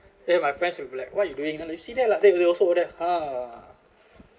then my friends will be like what you're doing and you see that lah they go also go that like ha